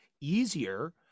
easier